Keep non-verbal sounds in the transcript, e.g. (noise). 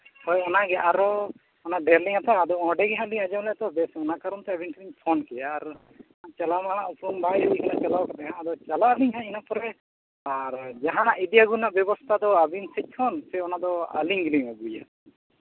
ᱦᱳᱭ ᱚᱱᱟᱜᱮ ᱟᱨᱚ (unintelligible) ᱦᱟᱛᱟᱣᱟ ᱟᱫᱚ ᱚᱸᱰᱮ ᱜᱮ ᱦᱟᱸᱜ ᱞᱤᱧ ᱳᱡᱚᱱᱟ ᱛᱚ ᱵᱮᱥ ᱚᱱᱟ ᱠᱟᱨᱚᱱ ᱛᱮ ᱟᱹᱵᱤᱱ ᱴᱷᱮᱱ ᱞᱤᱧ ᱯᱷᱳᱱ ᱠᱮᱫᱼᱟ ᱟᱨ ᱪᱟᱞᱟᱣ ᱢᱟᱦᱟ ᱩᱯᱨᱩᱢ ᱵᱟᱭ ᱦᱩᱭ ᱠᱟᱱᱟ ᱪᱟᱞᱟᱣ ᱠᱟᱛᱮᱫ ᱟᱫᱚ ᱪᱟᱞᱟᱜ ᱟᱹᱞᱤᱧ ᱦᱟᱸᱜ ᱤᱱᱟᱹ ᱯᱚᱨᱮ ᱟᱨ ᱡᱟᱦᱟᱱᱟᱜ ᱤᱫᱤ ᱟᱹᱜᱩ ᱨᱮᱱᱟᱜ ᱵᱮᱵᱚᱥᱛᱷᱟ ᱫᱚ ᱟᱹᱵᱤᱱ ᱥᱮᱫ ᱠᱦᱚᱱ ᱥᱮ ᱚᱱᱟᱫᱚ ᱟᱹᱞᱤᱧ ᱜᱮᱞᱤᱧ ᱟᱹᱜᱩᱭᱟ